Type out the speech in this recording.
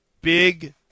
Big